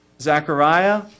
Zechariah